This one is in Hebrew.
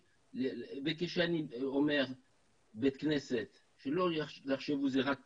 כשאני אומר בית כנסת, שלא יחשבו שזה רק כיפה,